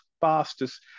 fastest